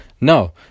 no